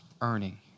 earning